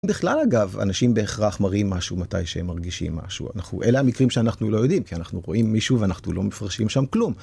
בכלל אגב, אנשים בהכרח מראים משהו מתי שהם מרגישים משהו, אלה המקרים שאנחנו לא יודעים, כי אנחנו רואים מישהו ואנחנו לא מפרשים שם כלום.